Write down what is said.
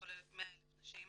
לכל 100,000 נשים